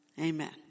Amen